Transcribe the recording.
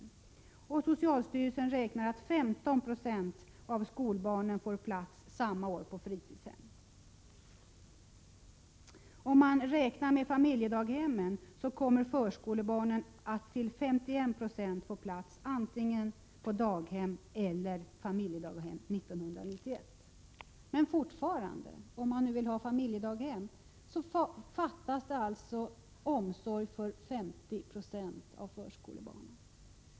Vidare räknar socialstyrelsen med att 15 926 av skolbarnen får en plats samma år på fritidshem. Om man räknar med familjedaghemmen, kommer man fram till att 51 92 av förskolebarnen kommer att få plats antingen på daghem eller på familjedaghem 1991. Men fortfarande — om man nu vill ha familjedaghem =— fattas det alltså omsorg för 50 96 av förskolebarnen.